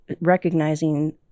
recognizing